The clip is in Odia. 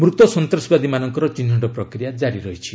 ମୃତ ସନ୍ତାସବାଦୀମାନଙ୍କର ଚିହ୍ନଟ ପ୍ରକ୍ରିୟା କାରି ରହିଛି